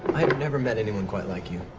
never met anyone quite like you.